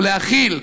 ולהחיל,